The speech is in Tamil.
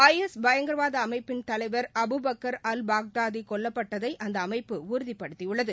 ஐ எஸ் பயங்கரவாத அமைப்பின் தலைவர் அபுபக்கர் அல்பக்தாதி கொல்லப்பட்டதை அந்த அமைப்பு உறுதிப்படுத்தியுள்ளது